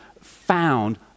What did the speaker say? found